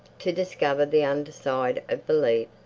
to discover the under-side of the leaf,